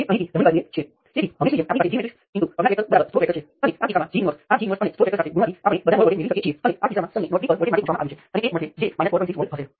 તેથી કૃપા કરીને પાછા જાઓ અને તે કેસ જુઓ અને આ બંને વચ્ચેની સમાનતા સમજો